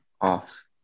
off